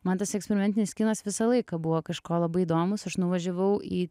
man tas eksperimentinis kinas visą laiką buvo kažko labai įdomūs aš nuvažiavau į